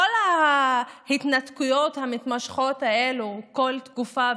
בכל ההתנתקויות המתמשכות האלה כל תקופה,